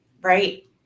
right